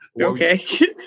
Okay